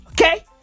Okay